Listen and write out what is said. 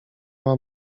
mam